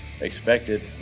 expected